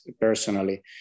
personally